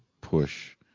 push